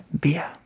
beer